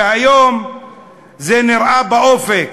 היום זה נראה באופק,